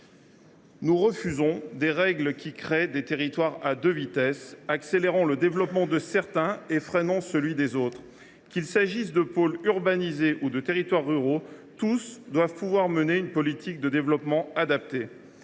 Nous refusons les règles qui créent des territoires à deux vitesses, accélérant le développement de certains et freinant celui des autres. Qu’il s’agisse de pôles urbanisés ou de territoires ruraux, tous doivent pouvoir mener une politique de développement adaptée.